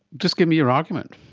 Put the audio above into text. just give me your argument.